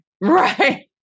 Right